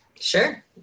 Sure